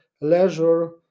leisure